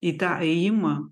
į tą ėjimą